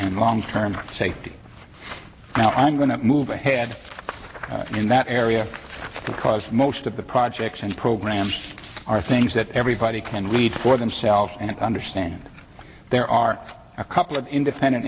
and long term safety now i'm going to move ahead in that area because most of the projects and programs are things that everybody can read for themselves and understand that there are a couple of independent